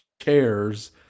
chairs